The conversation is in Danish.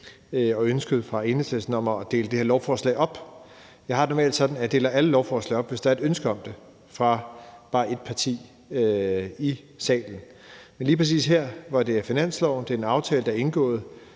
og ønsket fra Enhedslistens side om at dele det her lovforslag op, vil jeg sige, at jeg deler alle lovforslag op, hvis der er et ønske om det fra bare ét parti i salen. Men lige præcis her, hvor det er finansloven, og hvor det er en aftale, der er indgået